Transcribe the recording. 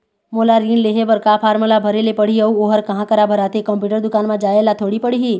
मोला ऋण लेहे बर का फार्म ला भरे ले पड़ही अऊ ओहर कहा करा भराथे, कंप्यूटर दुकान मा जाए ला थोड़ी पड़ही?